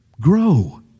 grow